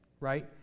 right